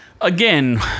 again